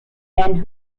and